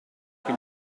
che